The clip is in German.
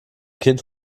kind